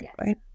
right